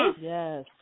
Yes